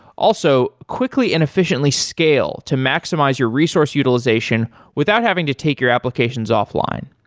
also, quickly and efficiently scale to maximize your resource utilization without having to take your applications offline.